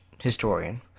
historian